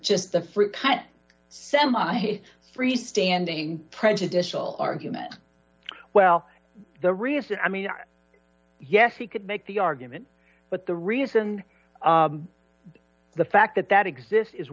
just the fruit can't semi freestanding prejudicial argument well the reason i mean yes he could make the argument but the reason the fact that that exists is